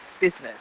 business